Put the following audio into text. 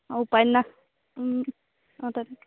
অঁ উপন্যাস অঁ তাতে